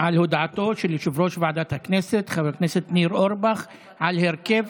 על הודעתו של יושב-ראש ועדת הכנסת חבר הכנסת ניר אורבך על הרכב